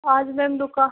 आज मैम दुकान